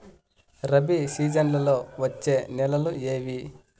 రబి సీజన్లలో వచ్చే నెలలు ఏవి?